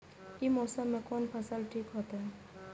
ई मौसम में कोन फसल ठीक होते?